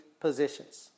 positions